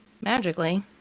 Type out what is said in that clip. magically